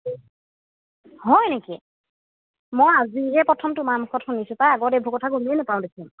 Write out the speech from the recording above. হয় নেকি মই আজিহে প্ৰথম তোমাৰ মুখত শুনিছোঁ পায় আগত এইবোৰ কথা গমেই নাপাওঁ দেখোন